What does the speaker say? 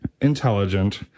intelligent